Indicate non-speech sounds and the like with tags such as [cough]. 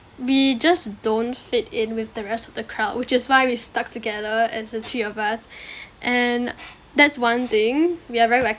we just don't fit in with the rest of the crowd which is why we stuck together as the three of us [breath] and that's one thing we are very wacky